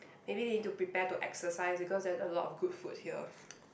maybe they need to prepare to exercise because there's a lot of good food here